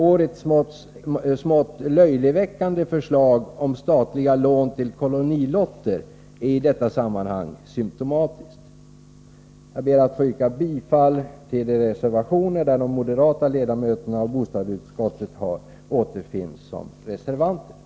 Årets smått löjeväckande förslag om statliga lån till kolonilotter är i detta sammanhang symtomatiskt. Jag ber att få yrka bifall till de reservationer där de moderata ledamöterna av bostadsutskottet återfinns som reservanter.